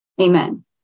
amen